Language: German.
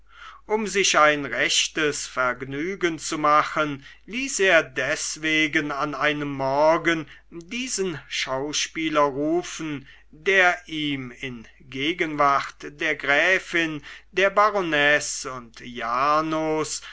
um sich ein rechtes vergnügen zu machen ließ er deswegen an einem morgen diesen schauspieler rufen der ihm in gegenwart der gräfin der baronesse und jarnos